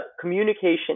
communication